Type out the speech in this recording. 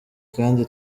kandi